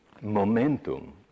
momentum